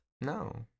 No